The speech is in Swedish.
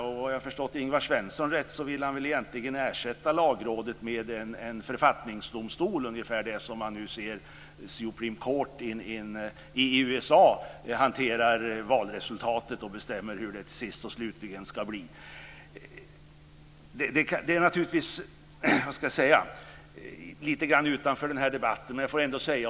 Om jag förstår Ingvar Svensson rätt vill han väl egentligen ersätta Lagrådet med en författningsdomstol som, ungefär som man nu ser i Supreme Court i USA, hanterar valresultat och bestämmer hur det sist och slutligen ska bli. Det ligger lite utanför debatten.